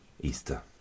Easter